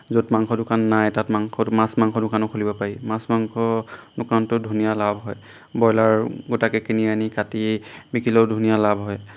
য'ত মাংস দোকান নাই তাত মাংস মাছ মাংস দোকানো খুলিব পাৰি মাছ মাংস দোকানতো ধুনীয়া লাভ হয় ব্ৰইলাৰ গোটাকৈ কিনি আনি কাটি বিকিলেও ধুনীয়া লাভ হয়